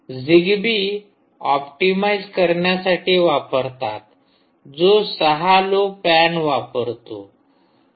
हा Zigbee optimise करण्यासाठी वापरतात जो ६ लो पॅन वापरतो